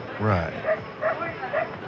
Right